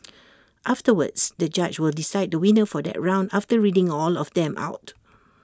afterwards the judge will decide the winner for that round after reading all of them out